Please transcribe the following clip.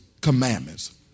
commandments